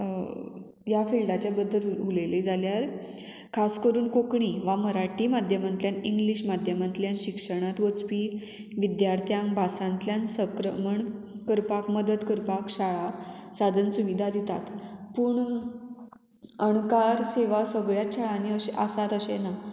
ह्या फिल्डाच्या बद्दल उलयलें जाल्यार खास करून कोंकणी वा मराठी माध्यमांतल्यान इंग्लीश माध्यमांतल्यान शिक्षणांत वचपी विद्यार्थ्यांक भासांतल्यान संक्रमण करपाक मदत करपाक शाळा साधन सुविधा दितात पूण अणकार सेवा सगळ्यात शाळांनी अशें आसात अशें ना